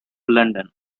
london